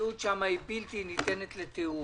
המציאות שם בלתי ניתנת לתיאור,